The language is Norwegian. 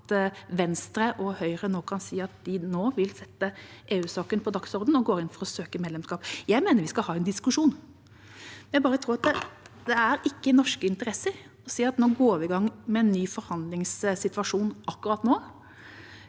at Venstre og Høyre kan si at de nå vil sette EU-saken på dagsordenen og gå inn for å søke medlemskap. Jeg mener vi skal ha en diskusjon. Jeg tror det ikke er i norske interesser å si at vi går i gang med en ny forhandlingssituasjon akkurat nå,